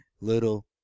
little